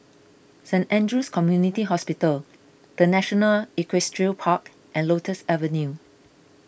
Saint andrew's Community Hospital the National Equestrian Park and Lotus Avenue